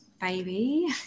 baby